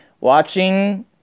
watching